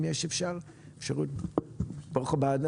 ברוך הבא.